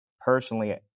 personally